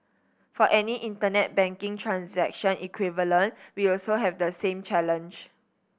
for any Internet banking transaction equivalent we also have the same challenge